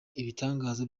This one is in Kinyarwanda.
ibitangaza